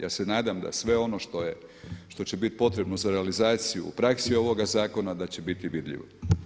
Ja se nadam da sve ono što će biti potrebno za realizaciju u praksi ovog zakona da će biti vidljivo.